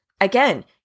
Again